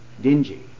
dingy